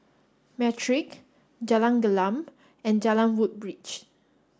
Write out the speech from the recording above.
Matrix Jalan Gelam and Jalan Woodbridge